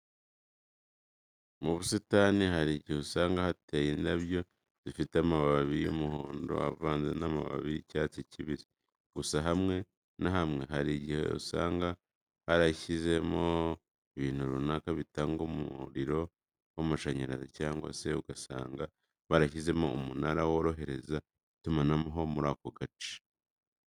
Mu busitani hari igihe usanga hateye indabyo zifite amababi y'umuhondo avanze n'amababi y'icyatsi kibisi. Gusa hamwe na hamwe hari igihe usanga barashyizemo ibintu runaka bitanga umuriro w'amashanyarazi cyangwa se ugasanga barashyizemo umunara worohereza itumanaho muri ako gace.